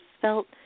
felt